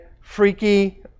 Freaky